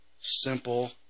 simple